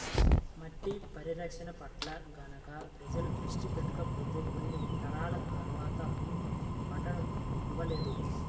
మట్టి పరిరక్షణ పట్ల గనక ప్రజలు దృష్టి పెట్టకపోతే కొన్ని తరాల తర్వాత భూమి పంటలను ఇవ్వలేదు